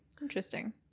Interesting